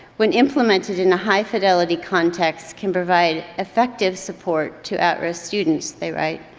when implemented in a high fidelity context can provide effective support to at-risk students, they write.